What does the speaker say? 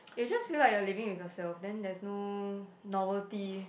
you just feel like your living with yourself then that's no novelty